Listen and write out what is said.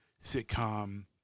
sitcom